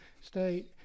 state